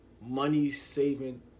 money-saving